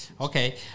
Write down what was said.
Okay